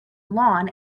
lawn